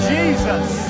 Jesus